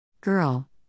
Girl